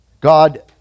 God